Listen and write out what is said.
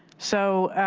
so,